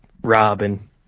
Robin